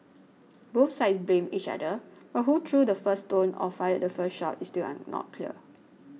both sides blamed each other but who threw the first stone or fired the first shot is still an not clear